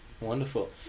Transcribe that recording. Wonderful